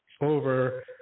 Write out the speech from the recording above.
over